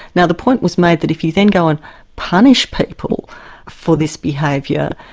now the point was made that if you then go and punish people for this behaviour,